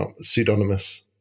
pseudonymous